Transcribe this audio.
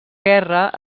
guerra